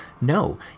No